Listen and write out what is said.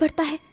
but by